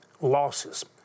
losses